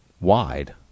wide